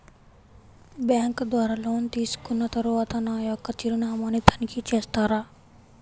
Bank ద్వారా loan తీసుకున్న తరువాత నా యొక్క చిరునామాని తనిఖీ చేస్తారా?